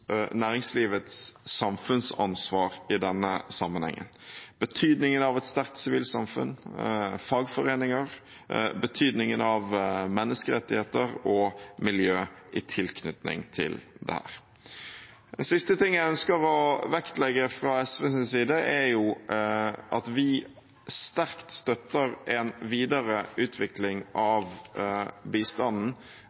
næringslivets samfunnsansvar i denne sammenhengen og rundt betydningen av et sterkt sivilsamfunn, fagforeninger, menneskerettigheter og miljø i tilknytning til dette. Den siste tingen jeg fra SVs side ønsker å vektlegge, er at vi sterkt støtter en videre utvikling